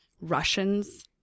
Russians